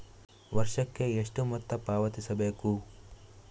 ವರ್ಷಕ್ಕೆ ಎಷ್ಟು ಮೊತ್ತ ಪಾವತಿಸಬೇಕು?